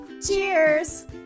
Cheers